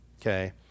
Okay